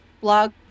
blog